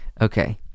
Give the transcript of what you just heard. Okay